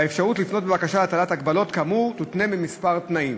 האפשרות לפנות בבקשה להטלת הגבלות כאמור תותנה בכמה תנאים: